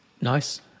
Nice